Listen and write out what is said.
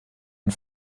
und